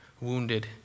wounded